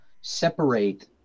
separate